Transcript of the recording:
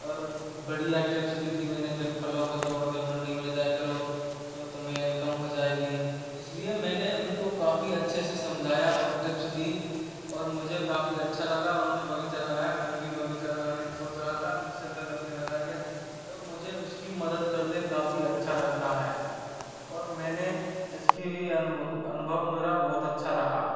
और बढ़िया टिप्स दी थीं मैंने की फलों को तोड़कर मंडी में ले जाया करो तो तुम्हें इनकम हो जाएगी इसलिए मैंने उनको काफ़ी अच्छे से समझाया और टिप्स दीं और मुझे काफ़ी अच्छा लगा उन्होंने बगीचा लगाया मैं भी बगीचा लगाने की सोच रहा था मुझसे पहले उसने लगा लिया तो मुझे उसकी मदद करते काफ़ी अच्छा लगता है और मैंने जिसकी अनुभ अनुभव मेरा बहुत अच्छा रहा